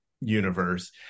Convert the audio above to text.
universe